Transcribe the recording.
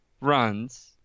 runs